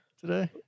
today